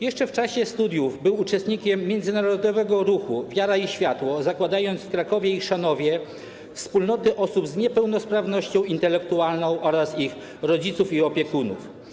Jeszcze w czasie studiów jako uczestnik międzynarodowego ruchu Wiara i Światło zakładał w Krakowie i Chrzanowie wspólnoty osób z niepełnosprawnością intelektualną oraz ich rodziców i opiekunów.